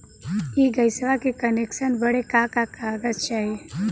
इ गइसवा के कनेक्सन बड़े का का कागज चाही?